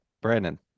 Brandon